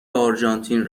آرژانتین